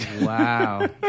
Wow